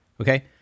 okay